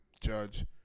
judge